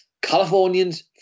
Californians